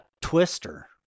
twister